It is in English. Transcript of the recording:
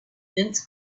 dense